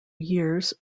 years